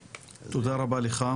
קצת את ההתעסקות בשאלה עד כמה אנחנו מדע.